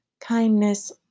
kindness